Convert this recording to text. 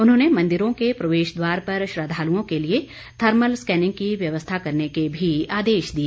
उन्होंने मंदिरों के प्रवेश द्वार पर श्रद्धालुओं के लिए थर्मल स्कैनिंग की व्यवस्था करने के भी आदेश दिए